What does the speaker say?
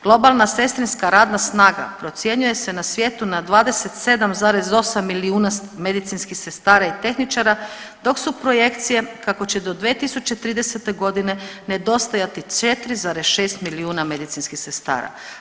Globalna sestrinska radna snaga procjenjuje se na svijetu na 27,8 milijuna medicinskih sestara i tehničara dok su projekcije kako će do 2030. godine nedostajati 4,6 milijuna medicinskih sestara.